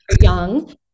young